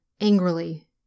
angrily